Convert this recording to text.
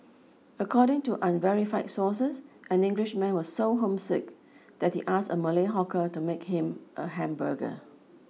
according to unverified sources an Englishman was so homesick that he asked a Malay hawker to make him a hamburger